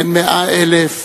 אין מאה אלף,